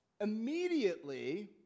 Immediately